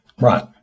Right